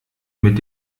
mit